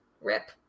Rip